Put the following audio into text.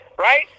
right